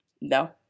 no